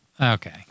Okay